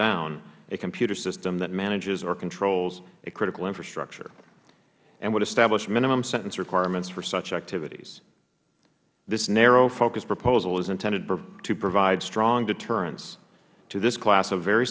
down a computer system that manages or controls a critical infrastructure and would establish minimum sentence requirements for such activities this narrowly focused proposal is intended to provide strong deterrence to this class of very